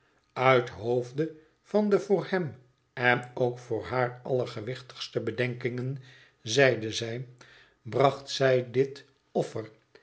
uit hoofde van de voor hem en ook voor haar allergewichtigste bedenkingen zeide zij bracht zij dit offer